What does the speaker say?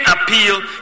appeal